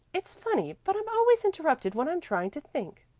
it's funny, but i'm always interrupted when i'm trying to think,